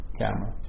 camera